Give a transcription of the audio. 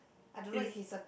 I don't know if he is a